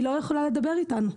והיא לא יכולה לדבר איתנו.